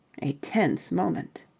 a tense moment.